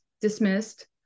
dismissed